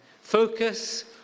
focus